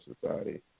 society